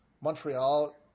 Montreal